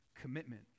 commitment